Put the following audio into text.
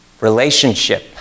relationship